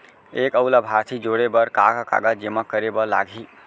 एक अऊ लाभार्थी जोड़े बर का का कागज जेमा करे बर लागही?